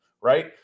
right